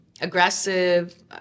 aggressive